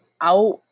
out